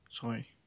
Sorry